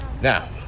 Now